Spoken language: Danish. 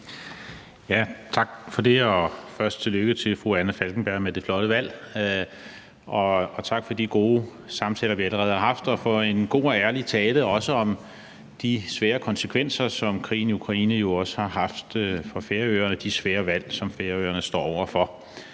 Tak for det. Først tillykke til fru Anna Falkenberg med det flotte valg, og tak for de gode samtaler, vi allerede har haft, og for en god og ærlig tale, også om de svære konsekvenser, som krigen i Ukraine jo også haft for Færøerne – de svære valg, som Færøerne står over for.